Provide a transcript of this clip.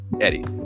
Eddie